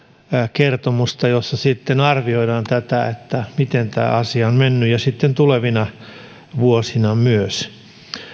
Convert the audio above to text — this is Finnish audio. kertomusta jossa sitten arvioidaan miten tämä asia on mennyt ja sitten tulevina vuosina myös